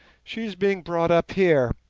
she is being brought up here,